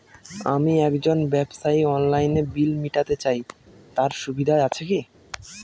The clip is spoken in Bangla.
আমি একজন ব্যবসায়ী অনলাইনে বিল মিটাতে চাই তার সুবিধা আছে কি?